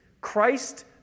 Christ